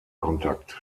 kontakt